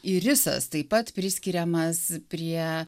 irisas taip pat priskiriamas prie